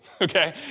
Okay